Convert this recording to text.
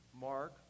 Mark